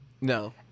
No